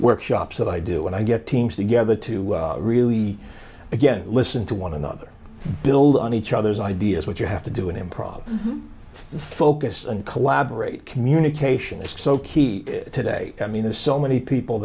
workshops that i do when i get teams together to really again listen to one another build on each other's ideas what you have to do in improv focus and collaborate communication is so key today i mean there's so many people